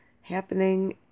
happening